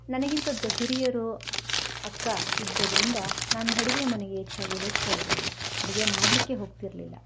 ನನಗಿಂತ ದೊ ಹಿರಿಯರು ಅಕ್ಕ ಇದ್ದದ್ರಿಂದ ನಾನು ಅಡ್ಗೆ ಮನೆಗೆ ಹೆಚ್ಚಾಗಿ ಹೋಗ್ತಾಯಿರಲಿಲ್ಲ ಅಡುಗೆ ಮಾಡಲಿಕ್ಕೆ ಹೋಗ್ತಿರಲಿಲ್ಲ